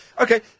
Okay